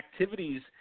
activities